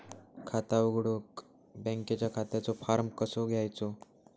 खाता उघडुक बँकेच्या खात्याचो फार्म कसो घ्यायचो?